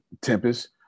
tempest